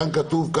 כאן כתוב: